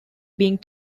being